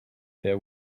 there